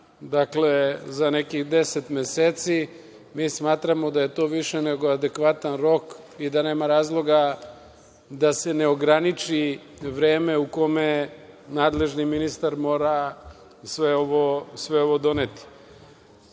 primena za nekih deset meseci, mi smatramo da je to više nego adekvatan rok i da nema razloga da se ne ograniči vreme u kome nadležni ministar mora sve ovo doneti. Drugo,